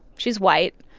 she's white.